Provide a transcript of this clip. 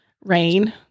rain